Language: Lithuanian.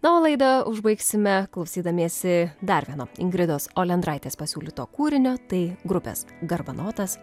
na o laidą užbaigsime klausydamiesi dar vieno ingridos olendraitės pasiūlyto kūrinio tai grupės garbanotas